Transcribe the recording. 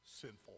sinful